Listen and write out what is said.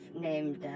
named